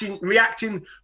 reacting